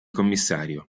commissario